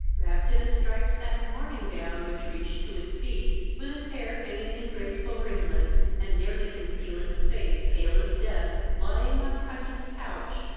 wrapped in a striped-satin morning-gown, which reached to his feet, with his hair hanging in graceful ringlets, and nearly concealing a face pale as death, lying on a kind of couch,